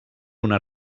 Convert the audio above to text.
una